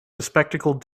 bespectacled